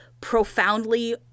profoundly